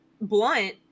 blunt